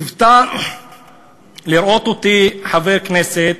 קיוותה לראות אותי חבר כנסת